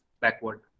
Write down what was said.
backward